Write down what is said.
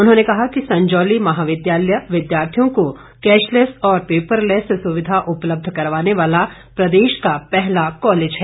उन्होंने कहा कि संजौली महाविद्यालय विद्यार्थियों को कैशलेस और पेपरलैस सुविधा उपलब्ध करवाने वाला प्रदेश का पहला कॉलेज है